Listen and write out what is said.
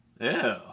Ew